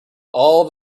all